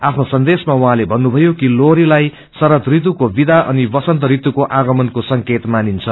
आफ्नो सन्देशमा उप्राँसे भन्नुभयो कि लोहरीलाई शरद ऋतुको विदा अनि वसन्त ऋतुको आगमनको संकेत मानिन्छ